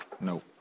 No